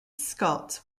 scott